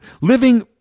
living